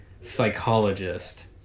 psychologist